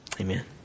amen